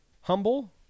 Humble